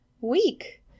week